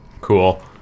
Cool